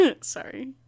Sorry